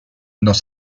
dans